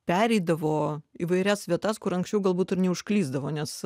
pereidavo įvairias vietas kur anksčiau galbūt ir neužklysdavo nes